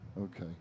Okay